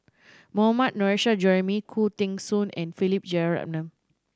Mohammad Nurrasyid Juraimi Khoo Teng Soon and Philip Jeyaretnam